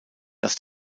das